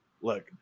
look